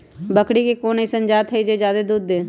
बकरी के कोन अइसन जात हई जे जादे दूध दे?